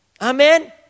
Amen